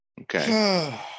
Okay